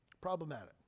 Problematic